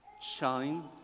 Shine